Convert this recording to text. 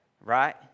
right